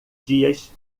dias